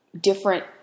different